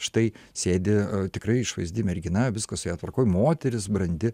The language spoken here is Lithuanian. štai sėdi tikrai išvaizdi mergina viskas su ja tvarkoj moteris brandi